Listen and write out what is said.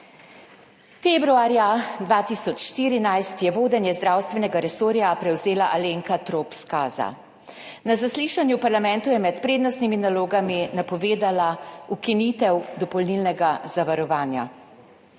Februarja 2014 je vodenje zdravstvenega resorja prevzela Alenka Trop Skaza. Na zaslišanju v parlamentu je med prednostnimi nalogami napovedala ukinitev dopolnilnega zavarovanja.